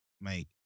mate